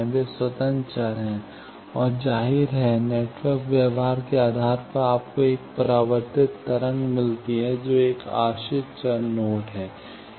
वे स्वतंत्र चर हैं और जाहिर है नेटवर्क व्यवहार के आधार पर आपको एक परावर्तित तरंग मिलती है जो एक आश्रित चर नोड है